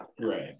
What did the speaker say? right